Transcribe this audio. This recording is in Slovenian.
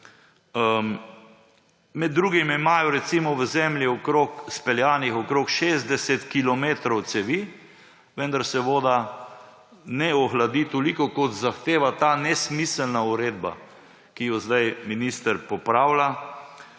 Med drugim imajo, recimo, v zemlji okrog speljanih okoli 60 kilometrov cevi, vendar se voda ne ohladi toliko, kot zahteva ta nesmiselna uredba, ki jo sedaj minister popravlja